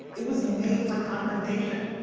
it was made for confrontation.